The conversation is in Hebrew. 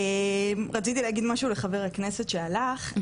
רציתי להגיד משהו לחבר הכנסת שהלך,